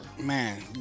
Man